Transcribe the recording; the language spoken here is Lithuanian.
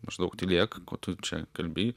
maždaug tylėk ko tu čia kalbi